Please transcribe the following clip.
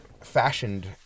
fashioned